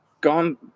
gone